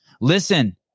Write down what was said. Listen